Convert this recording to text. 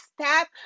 staff